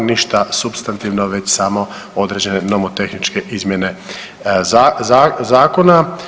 Ništa supstantivno, već samo određene nomotehničke izmjene zakona.